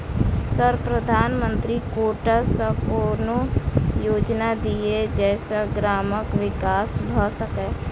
Sir प्रधानमंत्री quota सऽ कोनो योजना दिय जै सऽ ग्रामक विकास भऽ सकै?